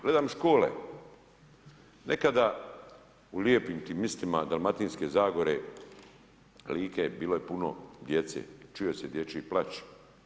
Gledam škole, nekada u lijepim tim mjestima Dalmatinske zagore, Like, bilo je puno djece, čuo se dječji plač.